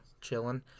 chilling